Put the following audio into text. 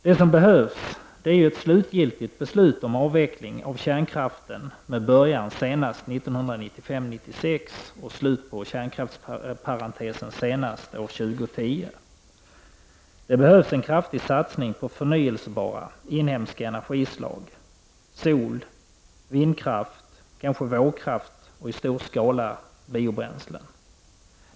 Det som behövs är ett slutgiltigt beslut om avveckling av kärnkraften med början senast 1995/96 och slut på kärnkraftsparentesen senast 2010, Det behövs satsningar på förnyelsebara, inhemska energislag; sol, vindkraft, kanske vågkraft och i stor skala biobränslen.